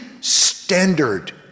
standard